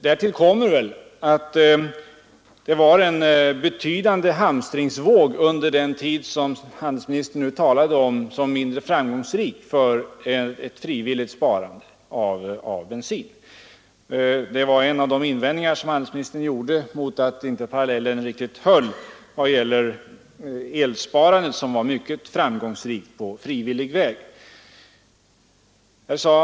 Därtill kommer att det var en betydande hamstringsvåg under den tid handelsministern nu talade om som mindre framgångsrik för ett frivilligt sparande av bensin. Handelsministern menade att parallellen med det framgångsrika elsparandet inte håller.